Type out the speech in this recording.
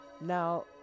Now